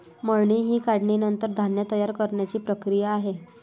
मळणी ही काढणीनंतर धान्य तयार करण्याची प्रक्रिया आहे